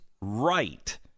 right